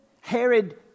Herod